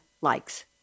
likes